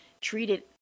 treated